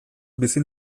bizi